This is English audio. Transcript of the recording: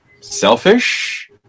selfish